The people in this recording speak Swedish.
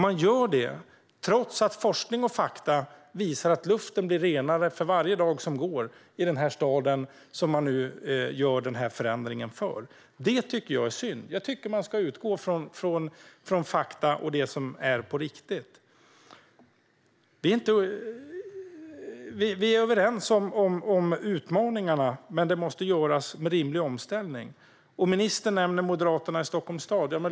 Man gör detta trots att forskning och fakta visar att luften blir renare för varje dag som går i denna stad, som man nu gör förändringen för. Det tycker jag är synd. Jag tycker att man ska utgå från fakta och det som är på riktigt. Vi är överens om utmaningarna, men det måste göras en rimlig omställning. Ministern nämnde Moderaterna i Stockholms stad.